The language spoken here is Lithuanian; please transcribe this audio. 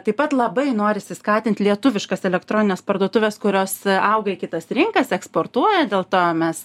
taip pat labai norisi skatint lietuviškas elektronines parduotuves kurios auga į kitas rinkas eksportuoja dėl to mes